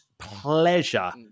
Pleasure